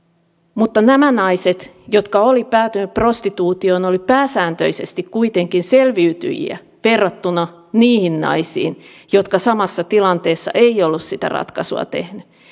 mutta nämä naiset jotka olivat päätyneet prostituutioon olivat pääsääntöisesti kuitenkin selviytyjiä verrattuna niihin naisiin jotka samassa tilanteessa eivät olleet sitä ratkaisua tehneet